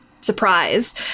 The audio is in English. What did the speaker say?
surprise